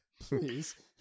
Please